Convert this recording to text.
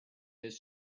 his